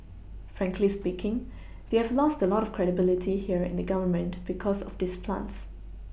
Frankly speaking they have lost a lot of credibility here in the Government because of these plants